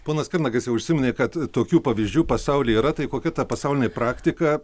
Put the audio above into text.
ponas kernagis jau užsiminė kad tokių pavyzdžių pasaulyje yra tai kokia ta pasaulinė praktika